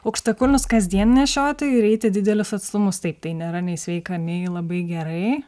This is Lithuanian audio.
aukštakulnius kasdien nešioti ir eiti didelius atstumus taip tai nėra nei sveika nei labai gerai